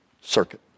circuit